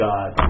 God